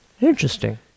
Interesting